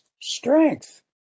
strength